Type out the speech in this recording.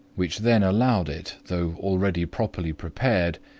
which then allowed it, though already properly prepared,